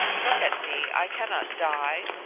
look at me. i cannot die.